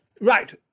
right